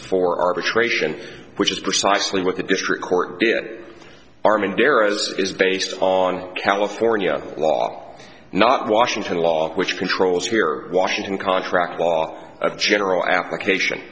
for arbitration which is precisely what the district court it arm and bear as is based on california law not washington law which controls here washington contract law of general application